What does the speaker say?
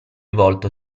volto